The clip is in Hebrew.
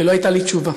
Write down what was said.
ולא הייתה לי תשובה.